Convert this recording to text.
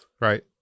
right